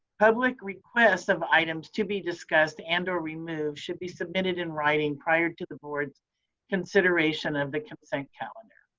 public requests of items to be discussed and or removed should be submitted in writing prior to the board's consideration of the consent calendar.